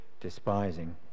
despising